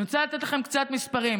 אני רוצה לתת לכם קצת מספרים.